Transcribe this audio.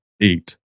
eight